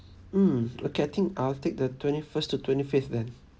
mm okay I think I'll take the twenty first to twenty fifth then